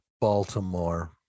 Baltimore